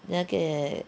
那个